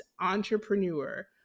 entrepreneur